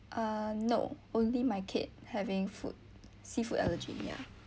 uh no only my kid having food seafood allergy ya